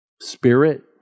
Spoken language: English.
Spirit